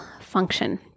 function